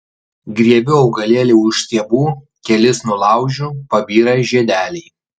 griebiu augalėlį už stiebų kelis nulaužiu pabyra žiedeliai